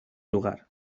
lugar